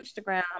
Instagram